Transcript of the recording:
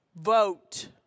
vote